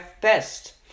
best